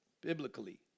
biblically